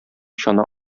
чана